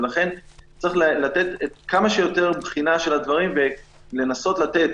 ולכן צריך לבחון כמה שיותר את הדברים ולנסות לתת